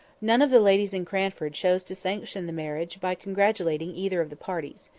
none of the ladies in cranford chose to sanction the marriage by congratulating either of the parties.